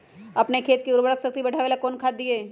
अपन खेत के उर्वरक शक्ति बढावेला कौन खाद दीये?